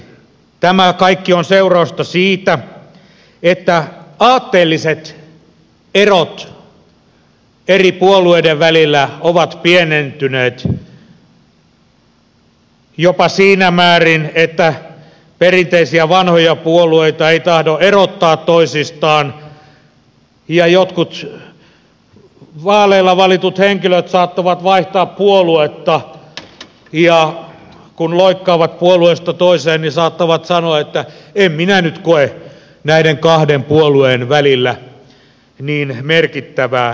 tämä kaikki on seurausta siitä että aatteelliset erot eri puolueiden välillä ovat pienentyneet jopa siinä määrin että perinteisiä vanhoja puolueita ei tahdo erottaa toisistaan ja jotkut vaaleilla valitut henkilöt saattavat vaihtaa puoluetta ja kun loikkaavat puolueesta toiseen niin saattavat sanoa että en minä nyt koe näiden kahden puolueen välillä niin merkittävää eroa